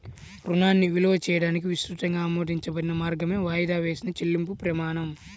రుణాన్ని విలువ చేయడానికి విస్తృతంగా ఆమోదించబడిన మార్గమే వాయిదా వేసిన చెల్లింపు ప్రమాణం